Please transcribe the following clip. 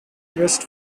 west